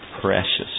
precious